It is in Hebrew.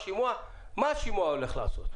מה השימוע הולך לעשות?